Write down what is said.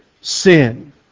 sin